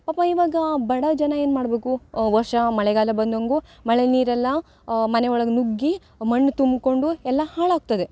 ಪಾಪ ಇವಾಗ ಬಡ ಜನ ಏನು ಮಾಡಬೇಕು ವರ್ಷ ಮಳೆಗಾಲ ಬಂದಂಗೂ ಮಳೆ ನೀರೆಲ್ಲ ಮನೆ ಒಳಗೆ ನುಗ್ಗಿ ಮಣ್ಣು ತುಂಬಿಕೊಂಡು ಎಲ್ಲ ಹಾಳಾಗ್ತದೆ